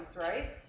right